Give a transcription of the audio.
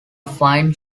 fine